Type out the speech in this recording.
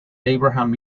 abraham